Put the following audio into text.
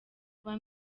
kuba